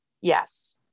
yes